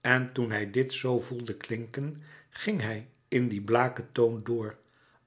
en toen hij dit z voelde klinken ging hij in dien blague toon door